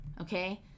Okay